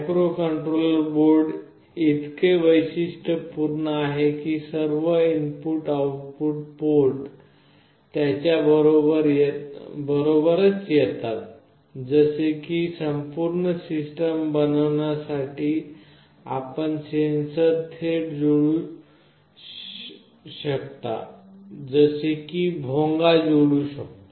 microcontroller board इतके वैशिष्ट्यपूर्ण आहे की सर्व इनपुट आउटपुट पोर्ट त्याच्या बरोबरच येतात जसे की संपूर्ण सिस्टम बनविण्यासाठी आपण सेन्सर थेट जोडू शकता जसे की भोंगा जोडू शकता